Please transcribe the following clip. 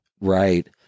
Right